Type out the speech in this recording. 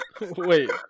Wait